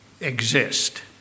exist